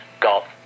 golf